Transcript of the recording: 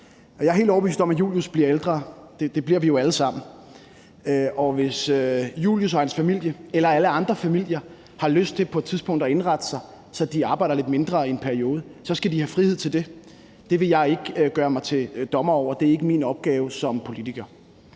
Jeg er helt overbevist om, at Julius bliver ældre – det bliver vi jo alle sammen – og hvis Julius og hans familie eller alle andre familier har lyst til på et tidspunkt at indrette sig, så de arbejder lidt mindre i en periode, skal de have frihed til det. Det vil jeg ikke gøre mig til dommer over; det er ikke min opgave som politiker.